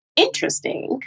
Interesting